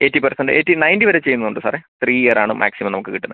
eighty percent eighty ninety വരെ ചെയ്യുന്നുണ്ട് സാറെ ത്രീ ഇയറാണ് മാക്സിമം നമുക്ക് കിട്ടുന്നത്